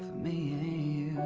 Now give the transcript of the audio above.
me